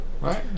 Right